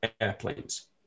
airplanes